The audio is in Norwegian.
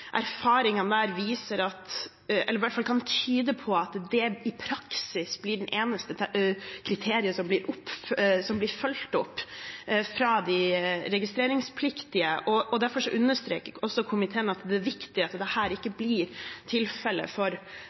erfaringene kan i hvert fall tyde på at det i praksis blir det eneste kriteriet som blir fulgt opp av de registreringspliktige. Derfor understreker også komiteen at det er viktig at dette ikke blir tilfellet for